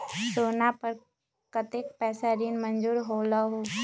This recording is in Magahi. सोना पर कतेक पैसा ऋण मंजूर होलहु?